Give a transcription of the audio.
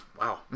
Wow